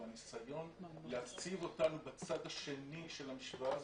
-- והניסיון להציב אותנו בצד השני של המשוואה הזאת,